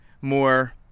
more